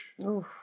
Oof